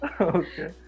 okay